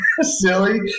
silly